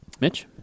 Mitch